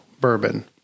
Bourbon